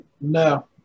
No